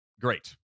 Great